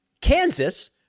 Kansas